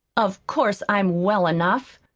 of course i'm well enough,